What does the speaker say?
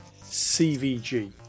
CVG